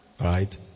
right